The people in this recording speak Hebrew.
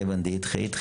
כיוון שזה ידחה ידחה,